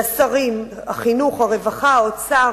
לשרים, החינוך, הרווחה, האוצר,